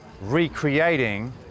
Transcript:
recreating